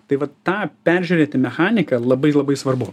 tai vat tą peržiūrėti mechaniką labai labai svarbu